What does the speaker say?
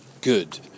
good